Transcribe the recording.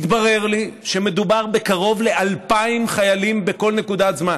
התברר לי שמדובר בקרוב ל-2,000 חיילים בכל נקודת זמן.